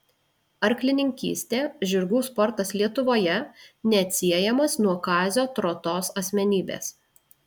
arklininkystė žirgų sportas lietuvoje neatsiejamas nuo kazio trotos asmenybės